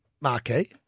marquee